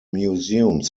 museums